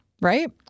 right